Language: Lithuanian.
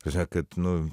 ta prasme kad nu